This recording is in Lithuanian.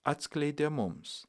atskleidė mums